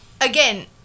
Again